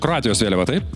kroatijos vėliava taip